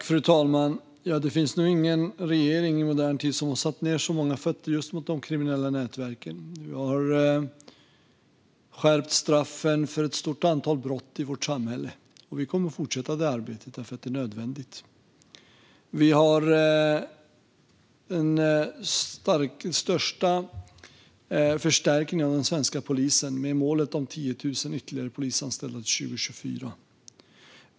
Fru talman! Det finns nog ingen regering i modern tid som har satt ned så många fötter mot just de kriminella nätverken. Vi har skärpt straffen för ett stort antal brott i vårt samhälle, och vi kommer att fortsätta det arbetet eftersom det är nödvändigt. Vi har genomfört den största förstärkningen av den svenska polisen, med målet 10 000 ytterligare polisanställda till 2024.